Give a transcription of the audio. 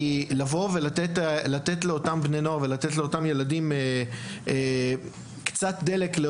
ומטרתה לתת לאותם בני נוער וילדים יותר אנרגיה ודלק